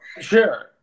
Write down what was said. sure